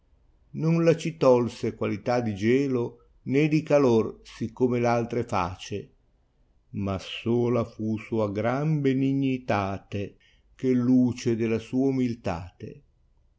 la ci tolse qualità di gelo ne di calor siccome v altre face ma sola fu sua gran ben igni tate che luce della sua umiliiate